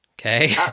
okay